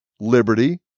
Liberty